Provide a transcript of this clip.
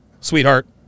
sweetheart